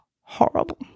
horrible